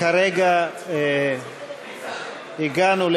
כרגע הגענו,